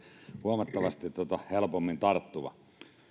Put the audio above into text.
huomattavasti helpommin tarttuva